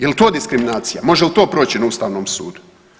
Jel to diskriminacija, može li to proći na ustavnom sudu?